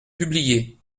publier